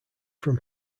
from